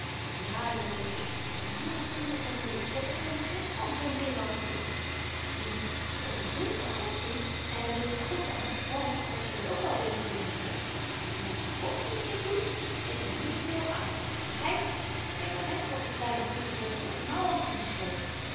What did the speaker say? ja jonge heer t is n heel ding met zoo'n bleek je heb r geen begrip van zoo n ding als t is nu ze onderhield haar godsdienst en daar deed ze goed aan want dat zal je ook wel weten jonge heer als n mensch z'n godsdienst niet doet is er niet veel aan maar hy trek dat hemd wat na je toe femke de mouw hangt in de sloot